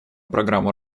программу